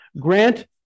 grant